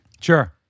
Sure